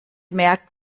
merkt